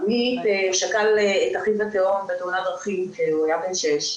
עמית שכל את אחיו התאום בתאונת דרכים כשהוא היה בן שש,